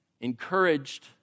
encouraged